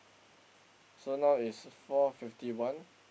so now is four fifty one